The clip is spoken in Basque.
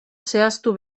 zehaztu